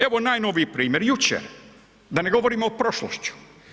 Evo najnoviji primjer jučer, da ne govorimo o prošlosti.